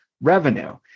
revenue